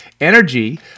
energy